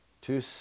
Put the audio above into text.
two